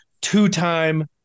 two-time